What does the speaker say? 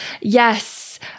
Yes